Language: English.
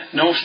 no